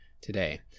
today